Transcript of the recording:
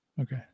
Okay